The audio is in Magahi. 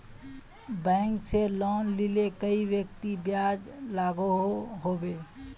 बैंक से लोन लिले कई व्यक्ति ब्याज लागोहो होबे?